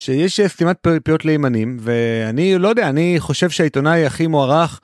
שיש סתימת פיות לימנים ואני לא יודע אני חושב שהעיתונאי הכי מוערך.